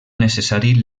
necessari